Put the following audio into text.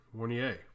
Mornier